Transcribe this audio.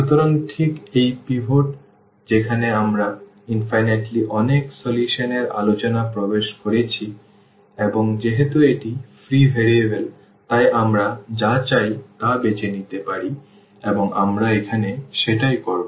সুতরাং ঠিক এই পয়েন্ট যেখানে আমরা অসীম অনেক সমাধান এর আলোচনায় প্রবেশ করছি এবং যেহেতু এটি একটি ফ্রি ভেরিয়েবল তাই আমরা যা চাই তা বেছে নিতে পারি এবং আমরা এখন সেটাই করব